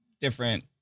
different